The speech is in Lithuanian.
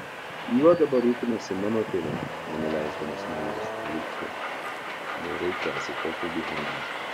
juo dabar rūpinasi mano tėvai nenuleisdamas nuo jos žvilgsnio noriai tęsė pokalbį hermanas